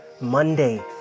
Monday